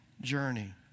journey